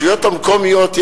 לרשויות המקומיות.